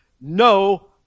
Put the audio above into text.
no